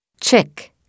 Chick